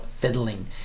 fiddling